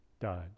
died